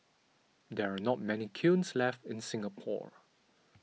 there are not many kilns left in Singapore